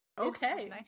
Okay